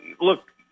look